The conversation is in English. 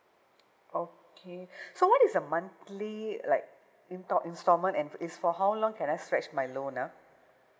okay so what is the monthly like intal~ installment and it's for how long can I stretch my loan lah